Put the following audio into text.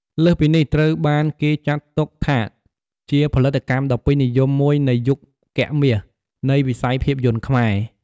លើសពីនេះ ត្រូវបានគេចាត់ទុកថាជាផលិតកម្មដ៏ពេញនិយមមួយនៃ "យុគមាស" នៃវិស័យភាពយន្តខ្មែរ។